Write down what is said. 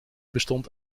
bestond